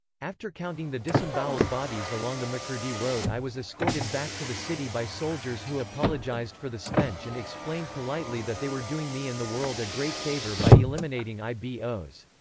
after counting the disemboweled bodies along the makurdi road i was escorted back to the city by soldiers who apologised for the stench and explained politely that they were doing me and the world a great favor by eliminating ibos.